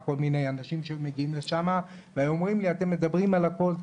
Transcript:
אנשים שמגיעים לשם והיו אומרים לי אתם מדברים על הכל,